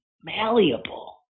malleable